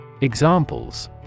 examples